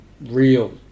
real